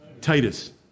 Titus